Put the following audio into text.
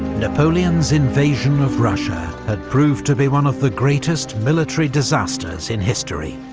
napoleon's invasion of russia had proved to be one of the greatest military disasters in history.